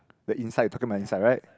the inside you're talking about inside right